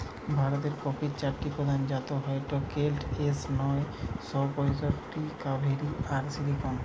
ভারতের কফির চারটি প্রধান জাত হয়ঠে কেন্ট, এস নয় শ পয়ষট্টি, কাভেরি আর সিলেকশন